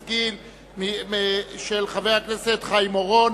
(תיקון, משפחות נפגעי פעולות האיבה),